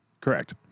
Correct